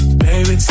baby